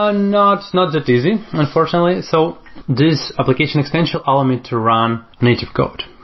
ah not not that easy unfortunately. so this application extension element to run native code.